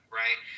right